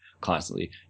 constantly